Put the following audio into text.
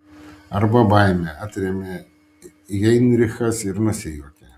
arba baimė atrėmė heinrichas ir nusijuokė